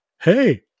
hey